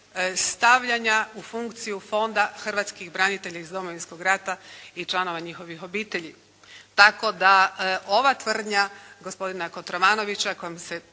stavljanja u funkciju Fonda hrvatskih branitelja iz Domovinskog rata i članova njihovih obitelji. Tako da ova tvrdnja gospodina Kotromanovića